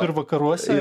ar vakaruose